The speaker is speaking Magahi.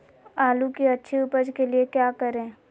आलू की अच्छी उपज के लिए क्या करें?